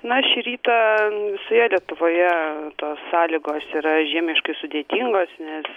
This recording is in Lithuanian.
na šį rytą visoje lietuvoje tos sąlygos yra žiemiškai sudėtingos nes